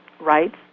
rights